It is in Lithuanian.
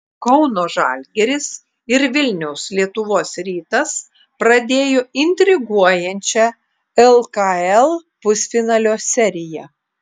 kauno žalgiris ir vilniaus lietuvos rytas pradėjo intriguojančią lkl pusfinalio seriją